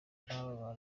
naba